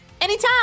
Anytime